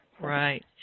right